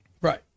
Right